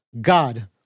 God